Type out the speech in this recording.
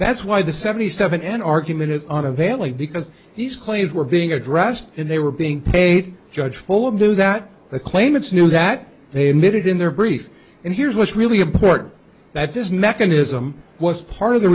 that's why the seventy seven an argument is unavailing because he's claims were being addressed and they were being paid judge full of knew that the claimants knew that they admitted in their brief and here's what's really important that this mechanism was part of the